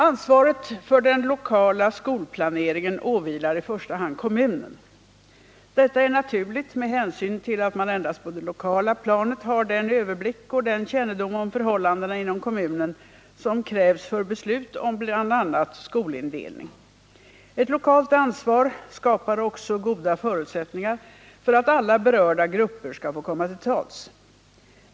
Ansvaret för den lokala skolplaneringen åvilar i första hand kommunen. Detta är naturligt med hänsyn till att man endast på det lokala planet har den överblick och den kännedom om förhållandena inom kommunen som krävs för beslut om bl.a. skolindelning. Ett lokalt ansvar skapar också goda förutsättningar för att alla berörda grupper skall få komma till tals.